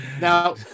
Now